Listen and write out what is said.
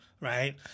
right